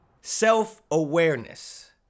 Self-awareness